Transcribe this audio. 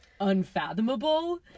unfathomable